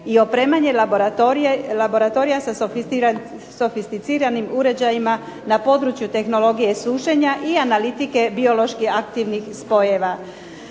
i opremanje laboratorija sa sofisticiranim uređajima na području tehnologije sušenja i analitike biološki aktivnih spojeva.